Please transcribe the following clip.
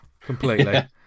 Completely